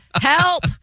Help